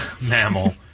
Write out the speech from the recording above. mammal